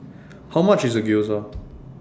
How much IS Gyoza